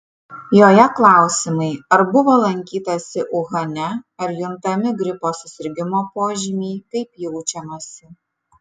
joje klausimai ar buvo lankytasi uhane ar juntami gripo susirgimo požymiai kaip jaučiamasi